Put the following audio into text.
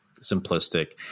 simplistic